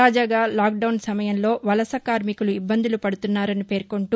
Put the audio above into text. తాజాగా lockdown సమయంలో వలస కార్మికులు ఇబ్బందులు పడుతున్నారని పేర్కొంటూ